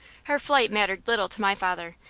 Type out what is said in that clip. her flight mattered little to my father,